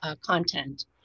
content